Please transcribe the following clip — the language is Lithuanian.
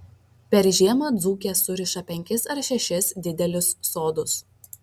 per žiemą dzūkės suriša penkis ar šešis didelius sodus